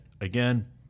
again